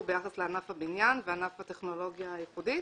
ביחס לענף הבניין וענף הטכנולוגיה הייחודית